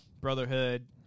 Brotherhood